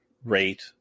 rate